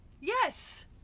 Yes